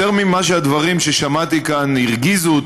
יותר משהדברים ששמעתי כאן הרגיזו אותי,